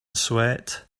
sweat